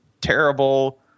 terrible